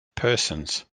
persons